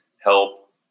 help